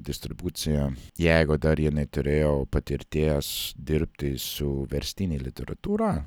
distribucija jeigu dar jie neturėjo patirties dirbti su verstine literatūra